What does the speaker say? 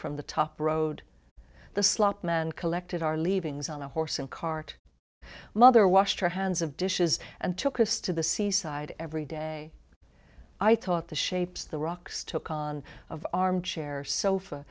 from the top rode the slot man collected our leavings on a horse and cart mother washed her hands of dishes and took us to the seaside every day i thought the shapes the rocks took on of armchair sofa